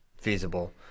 feasible